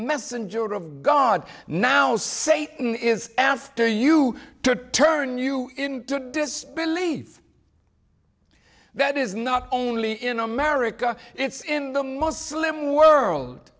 messenger of god now satan is after you to turn you into this belief that is not only in america it's in the muslim world